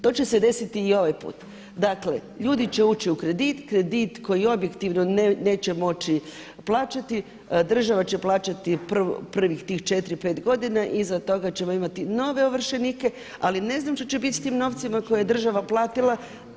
To će se desiti i ovaj put, dakle ljudi će ući u kredit, kredit koji objektivno neće moći plaćati, država će plaćati prvih tih 4, 5 godina i iza toga ćemo imati nove ovršenike ali ne znam što će biti sa tim novcima koje je država platila.